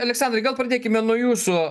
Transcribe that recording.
aleksandrai gal pradėkime nuo jūsų